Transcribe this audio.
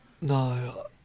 no